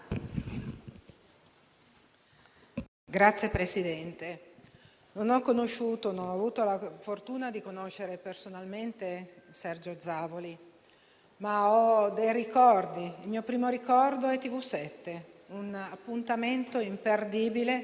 E un'altra cosa fondamentale: «Far conoscere i fatti è già un modo di risvegliare le coscienze». Quindi l'insegnamento che la consapevolezza è la base per prendere le decisioni.